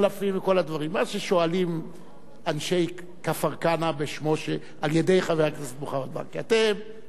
מה ששואלים אנשי כפר-כנא על-ידי חבר הכנסת מוחמד ברכה: הדרך תעבור,